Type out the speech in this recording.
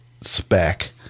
spec